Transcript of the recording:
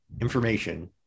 information